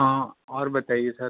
हाँ और बताइए सर